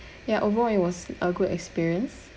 ya of all it was a good experience